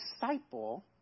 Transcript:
disciple